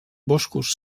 boscos